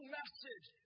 message